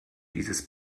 dieses